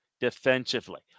defensively